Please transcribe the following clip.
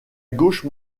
gauche